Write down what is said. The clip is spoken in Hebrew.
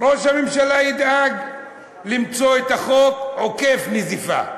ראש הממשלה ידאג למצוא חוק עוקף-נזיפה.